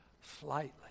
slightly